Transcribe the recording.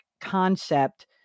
concept